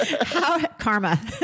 Karma